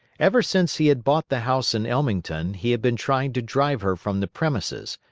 ever since he had bought the house in ellmington he had been trying to drive her from the premises,